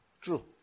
True